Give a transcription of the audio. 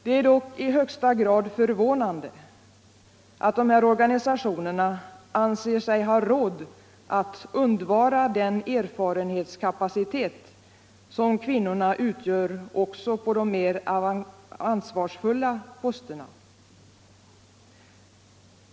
Det är dock i högsta grad förvånande att dessa organisationer anser sig ha råd att undvara den erfarenhetskapacitet som kvinnorna utgör också på de mera ansvarsfulla posterna.